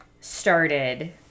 started